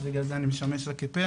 בגלל זה אני עדיין משמש לה כפה,